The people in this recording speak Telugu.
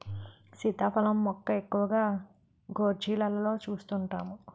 సీతాఫలం మొక్క ఎక్కువగా గోర్జీలలో సూస్తుంటాము